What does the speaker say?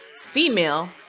female